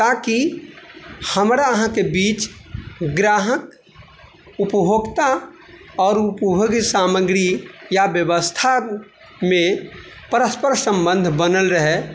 ताकि हमरा अहाँके बीच ग्राहक उपभोक्ता आओर उपभोग्य सामग्री या व्यवस्थामे परस्पर सम्बन्ध बनल रहै